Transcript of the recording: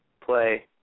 play